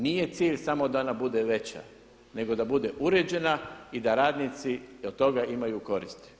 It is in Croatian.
Nije cilj samo da ona bude veća nego da bude uređena i da radnici od toga imaju koristi.